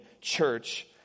church